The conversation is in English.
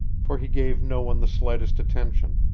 for he gave no one the slightest attention.